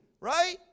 right